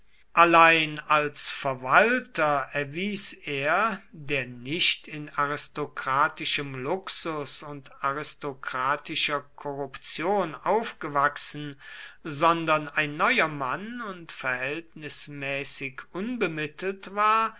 allein als verwalter erwies er der nicht in aristokratischem luxus und aristokratischer korruption aufgewachsen sondern ein neuer mann und verhältnismäßig unbemittelt war